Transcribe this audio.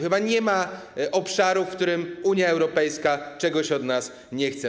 Chyba nie ma obszaru, w którym Unia Europejska czegoś od nas nie chce.